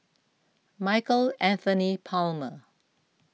Michael Anthony Palmer